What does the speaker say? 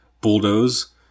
Bulldoze